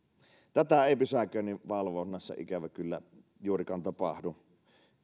tätä ei pysäköinninvalvonnassa ikävä kyllä juurikaan tapahdu